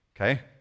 Okay